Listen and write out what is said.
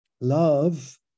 Love